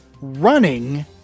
running